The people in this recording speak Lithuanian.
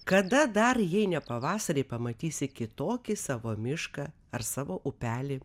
kada dar jei ne pavasarį pamatysi kitokį savo mišką ar savo upelį